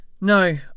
No